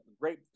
great